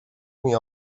mnie